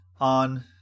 on